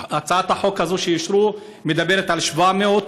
הצעת החוק הזאת שאישרו מדברת על 700,